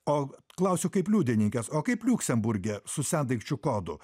o klausiu kaip liudininkės o kaip liuksemburge su sendaikčių kodu